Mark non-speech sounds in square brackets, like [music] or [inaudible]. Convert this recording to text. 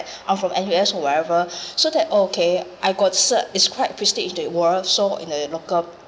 [breath] I'm from N_U_S or wherever so that okay I got cert is quite prestige in the world so in a local